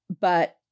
but-